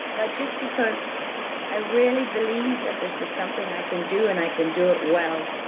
but just because i really believe that this is something i can do, and i can do it well,